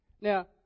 Now